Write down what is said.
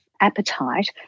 appetite